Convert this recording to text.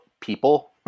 people